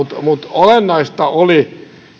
olennaista oli